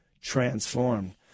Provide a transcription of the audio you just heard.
transformed